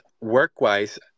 work-wise